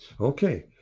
Okay